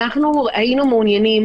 היינו מעוניינים,